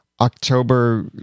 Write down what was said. October